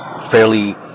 Fairly